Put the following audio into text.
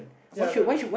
ya that is